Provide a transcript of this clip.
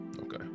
Okay